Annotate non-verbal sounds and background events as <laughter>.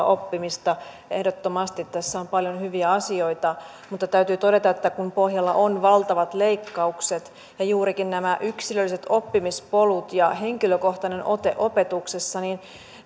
<unintelligible> oppimista ehdottomasti tässä on paljon hyviä asioita mutta täytyy todeta että kun pohjalla on valtavat leikkaukset ja juurikin nämä yksilölliset oppimispolut ja henkilökohtainen ote opetuksessa niin